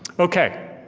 okay,